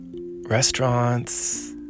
restaurants